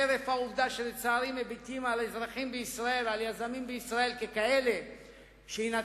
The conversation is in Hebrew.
חרף העובדה שמביטים על יזמים בישראל ככאלה שינצלו